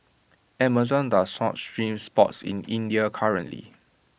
Amazon does not stream sports in India currently